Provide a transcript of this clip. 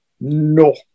No